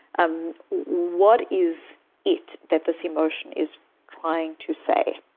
um what is it that this emotion is trying to say?